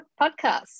podcast